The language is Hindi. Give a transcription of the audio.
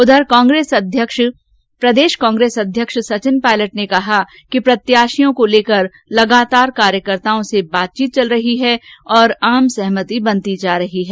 उधर प्रदेश कांग्रेस अध्यक्ष सचिन पायलट ने कहा कि प्रत्याशियों को लेकर लगातार कार्यकर्ताओं से बातचीत चल रही है और आम सहमती बनती जा रही है